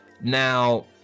now